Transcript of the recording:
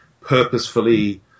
purposefully